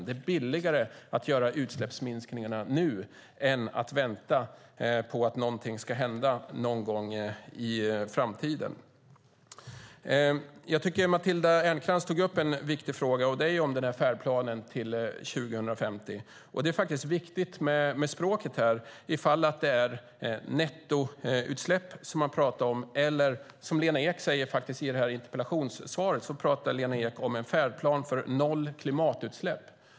Det är billigare att göra utsläppsminskningarna än att vänta på att någonting ska hända någon gång i framtiden. Matilda Ernkrans tog upp en viktig fråga, färdplanen till 2050. Det är viktigt med språket här. Är det nettoutsläpp man pratar om eller en "färdplan för noll klimatutsläpp", som Lena Ek säger i interpellationssvaret?